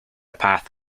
path